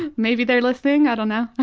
maybe they're listening, i don't know.